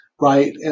right